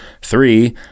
three